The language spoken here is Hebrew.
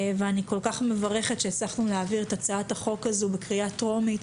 ואני כל כך מברכת שהצלחנו להעביר את הצעת החוק הזו בקריאה טרומית,